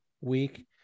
week